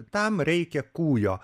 tam reikia kūjo